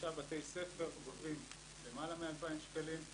שלושה בתי ספר גובים למעלה מ-2,000 שקלים.